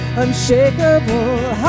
unshakable